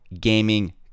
Gaming